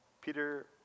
Peter